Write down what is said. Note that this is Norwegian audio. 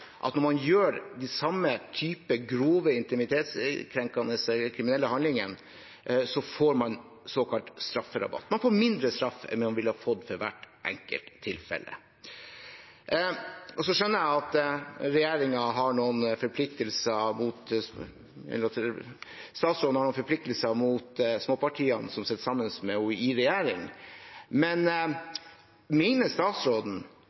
at når man gjør den samme typen grove, intimitetskrenkende, kriminelle handling, får man såkalt strafferabatt. Man får mindre straff enn man ville ha fått for hvert enkelt tilfelle. Jeg skjønner at statsråden har noen forpliktelser overfor småpartiene som sitter sammen med henne i regjering, men mener statsråden